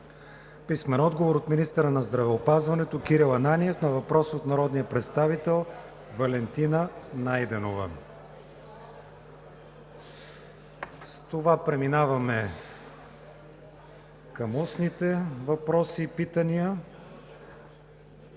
Иванов; - министъра на здравеопазването Кирил Ананиев на въпрос от народния представител Валентина Найденова. С това преминаваме към устните въпроси и питания.